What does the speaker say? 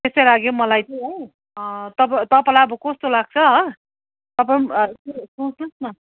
त्यस्तै लाग्यो मलाई चाहिँ है तपाईँ तपाईँलाई आब कस्तो लाग्छ हो तपाईँ पनि सो सोच्नुहोस् न